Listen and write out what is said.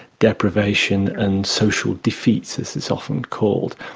deprivation and social defeats, as it's often called.